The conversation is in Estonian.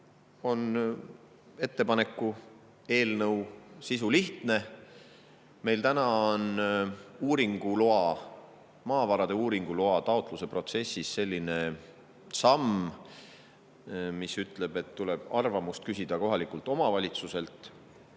Ja seetõttu on eelnõu sisu lihtne. Meil täna on maavarade uuringu loa taotlemise protsessis selline samm, mis ütleb, et tuleb arvamust küsida kohalikult omavalitsuselt.